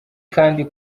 kandi